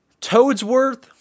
Toadsworth